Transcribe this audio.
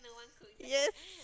yes